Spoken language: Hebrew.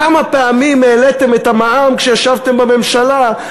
כמה פעמים העליתם את המע"מ כשישבתם בממשלה?